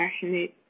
passionate